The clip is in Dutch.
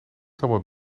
zomaar